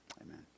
amen